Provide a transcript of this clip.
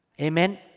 Amen